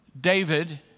David